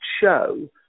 show